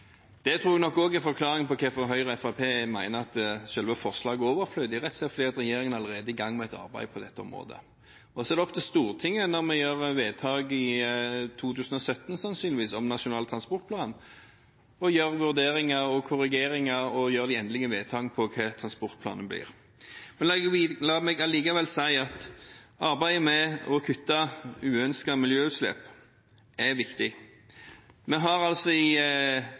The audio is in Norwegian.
Det tror jeg nok også er forklaringen på hvorfor Høyre og Fremskrittspartiet mener at selve forslaget er overflødig, rett og slett fordi regjeringen allerede er i gang med et arbeid på dette området. Og så er det opp til Stortinget, når vi fatter vedtak i 2017, sannsynligvis, om Nasjonal transportplan, å foreta vurderinger og korrigeringer og fatte de endelige vedtakene om hva transportplanen blir. La meg allikevel si at arbeidet med å kutte uønskede miljøutslipp er viktig. Vi har med dagens flertall så langt overoppfylt målsettingene i